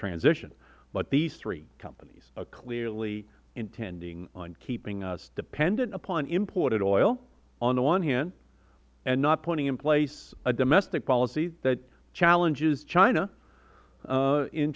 transition but these three companies are clearly intending on keeping us dependent upon imported oil on the one hand and not putting in place a domestic policy that challenges chin